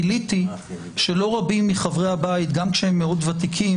גיליתי שלא רבים מחברי הבית גם כשהם מאוד ותיקים,